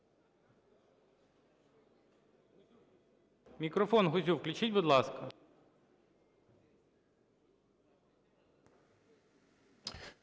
Мікрофон Гузю включіть, будь ласка.